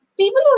people